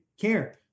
care